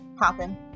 happen